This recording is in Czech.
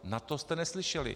Na to jste neslyšeli.